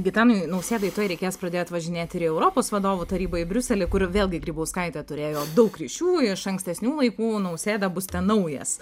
gitanui nausėdai tuoj reikės pradėt važinėt ir į europos vadovų tarybą į briuselį kur vėlgi grybauskaitė turėjo daug ryšių iš ankstesnių laikų nausėda bus ten naujas